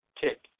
tick